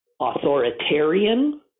authoritarian